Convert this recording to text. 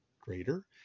greater